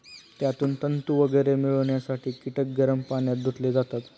त्यातून तंतू वगैरे मिळवण्यासाठी कीटक गरम पाण्यात धुतले जातात